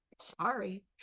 sorry